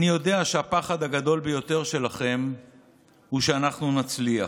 אני יודע שהפחד הגדול ביותר שלכם הוא שאנחנו נצליח.